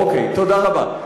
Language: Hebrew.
אוקיי, תודה רבה.